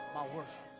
by works